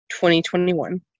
2021